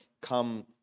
come